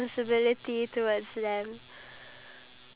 and the poo is like mushy